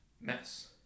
mess